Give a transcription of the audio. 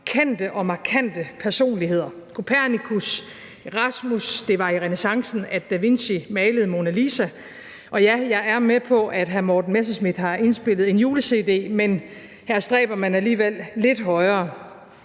kendte og markante personligheder – Kopernikus, Erasmus, og det var i renæssancen, at da Vinci malede Mona Lisa – og ja, jeg er med på, at hr. Morten Messerschmidt har indspillet en jule-cd, men her stræber man alligevel lidt højere,